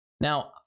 Now